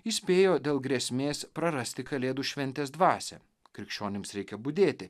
įspėjo dėl grėsmės prarasti kalėdų šventės dvasią krikščionims reikia budėti